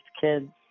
kids